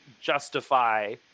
justify